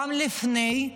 וגם לפני: